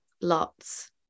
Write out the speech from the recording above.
lots